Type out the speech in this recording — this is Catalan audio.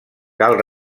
cal